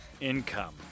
Income